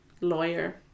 lawyer